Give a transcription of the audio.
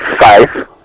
five